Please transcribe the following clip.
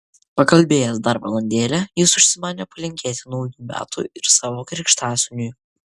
pakalbėjęs dar valandėlę jis užsimanė palinkėti naujų metų ir savo krikštasūniui